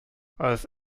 als